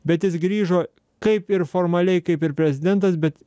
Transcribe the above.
bet jis grįžo kaip ir formaliai kaip ir prezidentas bet